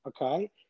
okay